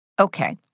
Okay